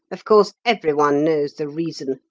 of course, everyone knows the reason.